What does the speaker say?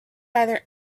either